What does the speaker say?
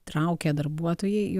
traukia darbuotojai į